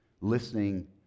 listening